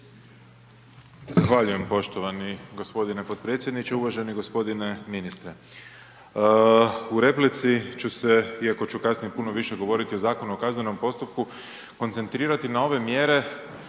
Zahvaljujem poštovani g. potpredsjedniče, uvaženi g. ministre. U replici ću se, iako ću kasnije puno više govoriti o Zakonu o kaznenom postupku koncentrirati na ove mjere